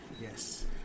Yes